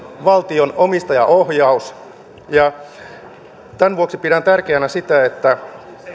valtion omistajaohjaus ja tämän vuoksi pidän tärkeänä sitä että